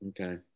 Okay